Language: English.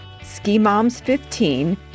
SKIMOMS15